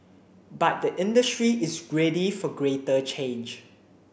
but the industry is ready for greater change